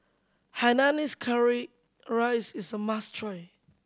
hainanese curry rice is a must try